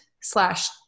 slash